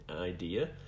idea